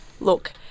Look